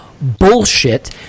bullshit